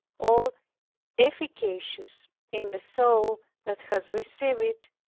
all efficacious in the soul that has received it,